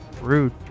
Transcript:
Rude